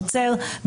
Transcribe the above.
עוצרת אותו,